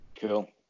cool